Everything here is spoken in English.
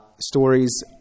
stories